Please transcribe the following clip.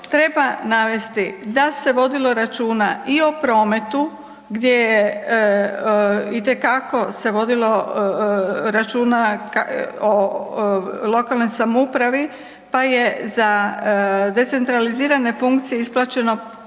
treba navesti da se vodilo računa i o prometu gdje je itekako se vodilo računa o lokalnoj samoupravi pa je za decentralizirane funkcije isplaćeno